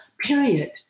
period